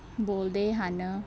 ਬੋਲਦੇ ਹਨ